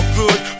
good